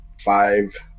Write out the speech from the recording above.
five